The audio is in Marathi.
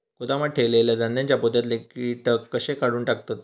गोदामात ठेयलेल्या धान्यांच्या पोत्यातले कीटक कशे काढून टाकतत?